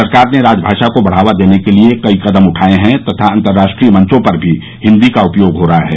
सरकार ने राजभाषा को बढ़ावा देने के लिए कई कदम उठाए हैं तथा अंतर्राष्ट्रीय मंचों पर भी हिन्दी का उपयोग हो रहा है